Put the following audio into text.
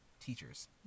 teachers